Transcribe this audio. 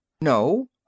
No